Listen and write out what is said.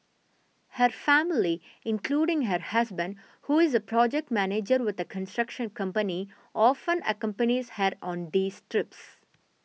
her family including her husband who is a project manager with a construction company often accompanies her on these trips